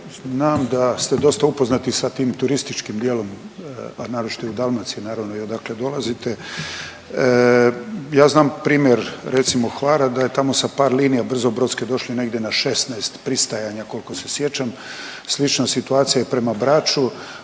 znam da ste dosta upoznati sa tim turističkim dijelom, a naročito i u Dalmaciji naravno i odakle dolazite, ja znam primjer recimo Hvara da je tamo sa par linija brzobrodske došli negdje na 16 pristajanja koliko se sjećam. Slična situacija je i prema Braču.